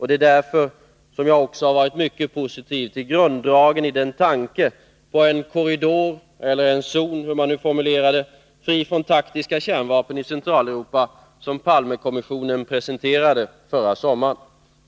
Det är därför som jag också har varit mycket positiv till grunddragen i tanken på en korridor eller en zon — hur man nu formulerar det — fri från taktiska kärnvapen i Centraleuropa, som Palmekommissionen presenterade förra sommaren.